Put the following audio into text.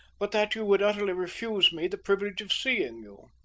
but that you would utterly refuse me the privilege of seeing you.